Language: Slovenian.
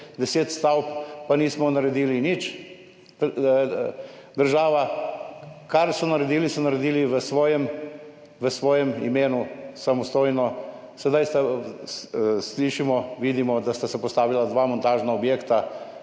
deset stavb, pa nismo naredili nič država. Kar so naredili, so naredili v svojem, v svojem imenu, samostojno. Sedaj slišimo, vidimo, da sta se postavila dva montažna objekta,